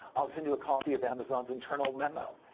i'll send you a copy of amazon's internal memo.